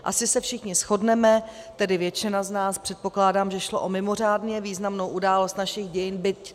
Asi se všichni shodneme, tedy většina z nás předpokládá, že šlo o mimořádně významnou událost našich dějin, byť tragickou.